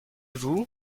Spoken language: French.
vous